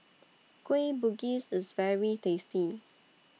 Kueh Bugis IS very tasty